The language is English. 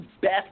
best